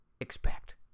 expect